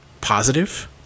positive